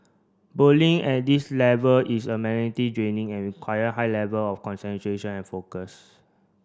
bowling at this level is a draining and require high level of concentration and focus